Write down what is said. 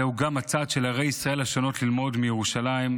זהו גם הצד של ערי ישראל השונות ללמוד מירושלים,